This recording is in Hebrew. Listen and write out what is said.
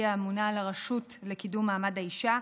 הממונה על הרשות לקידום מעמד האישה,